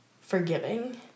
forgiving